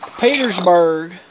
Petersburg